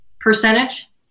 percentage